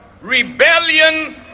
rebellion